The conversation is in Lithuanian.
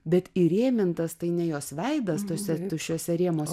bet įrėmintas tai ne jos veidas tuose tuščiuose rėmuose